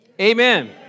Amen